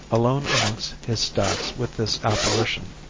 alone amongst his stacks with this apparition,